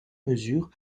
mesure